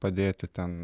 padėti ten